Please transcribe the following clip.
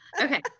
Okay